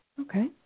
Okay